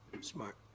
Smart